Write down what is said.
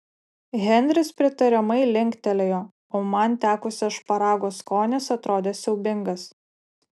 henris pritariamai linktelėjo o man tekusio šparago skonis atrodė siaubingas